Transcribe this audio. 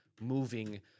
moving